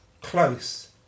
close